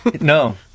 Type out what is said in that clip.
no